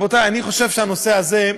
רבותיי, אני חושב שהנושא הזה,